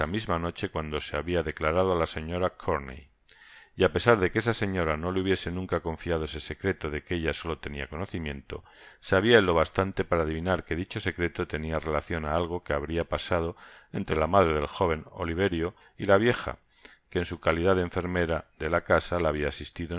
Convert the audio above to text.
esa misma noche cuando se habia declarado á la señora corney y á pesar de que esa señora no le hubiese nunca confiado ese secreto de que ella solo tenia conocimiento sabia él lo bastante para adivinar que dicho secreto teaia relacion á algo que habria pasado entre fa madre del joven oliverio y la vieja que en su calidad de enfermera de la casa la habia asistido